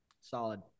Solid